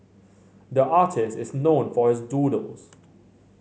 the artist is known for his doodles